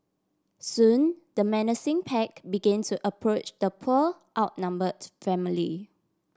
soon the menacing pack begin to approach the poor outnumbered family